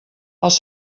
els